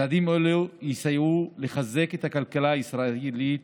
צעדים אלו יסייעו לחזק את הכלכלה הישראלית,